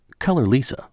ColorLisa